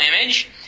image